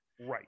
Right